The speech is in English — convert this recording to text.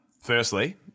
Firstly